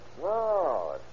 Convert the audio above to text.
No